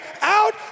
out